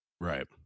right